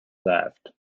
laughed